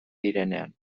direnean